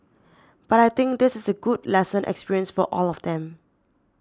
but I think this is a good lesson experience for all of them